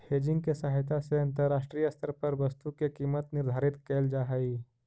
hedging के सहायता से अंतरराष्ट्रीय स्तर पर वस्तु के कीमत निर्धारित कैल जा हई